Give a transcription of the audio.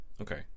okay